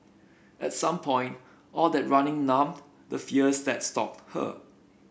at some point all that running numbed the fears that stalked her